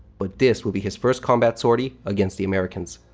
but this will be his first combat sortie against the americans.